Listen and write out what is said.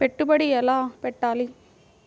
పెట్టుబడి ఎలా పెట్టాలి?